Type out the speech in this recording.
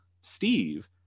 Steve